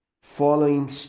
following